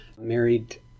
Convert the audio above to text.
married